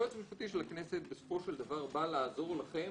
היועץ המשפטי של הכנסת בסופו של דבר בא לעזור לכם